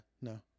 No